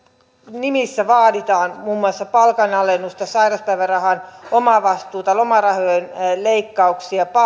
nimissä vaaditaan muun muassa palkanalennusta sairauspäivärahan omavastuuta lomarahojen leikkauksia